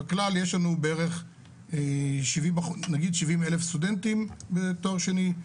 בכלל, יש לנו נגיד 70,000 סטודנטים בתואר שני.